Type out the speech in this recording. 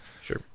Sure